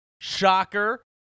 Shocker